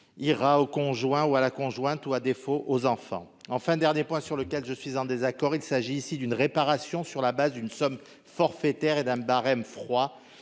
à son conjoint ou à sa conjointe, ou bien, à défaut, à ses enfants. Troisième point sur lequel je suis en désaccord, il s'agit ici d'une réparation sur la base d'une somme forfaitaire et d'un barème froid,